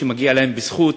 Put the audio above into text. שמגיע להם בזכות.